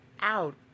out